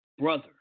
brother